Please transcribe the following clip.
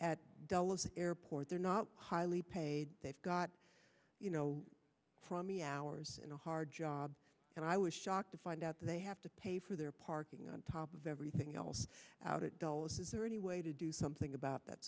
at dulles airport they're not highly paid they've got you know from the hours in a hard job and i was shocked to find out they have to pay for their parking on top of everything else out it is there any way to do something about that